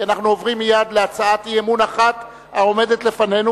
כי אנחנו עוברים מייד להצעת אי-אמון אחת העומדת לפנינו,